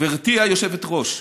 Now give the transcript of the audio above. גברתי היושבת-ראש,